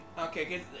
Okay